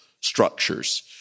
structures